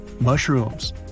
Mushrooms